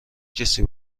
کسی